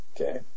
Okay